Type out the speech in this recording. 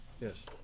Yes